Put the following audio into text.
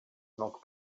smoke